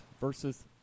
versus